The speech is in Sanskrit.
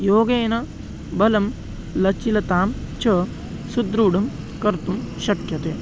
योगेन बलं लचिलतां च सुदृढं कर्तुं शक्यते